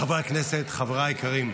חברי הכנסת, חבריי היקרים,